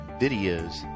videos